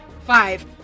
Five